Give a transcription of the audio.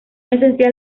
esencial